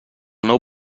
nou